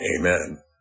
Amen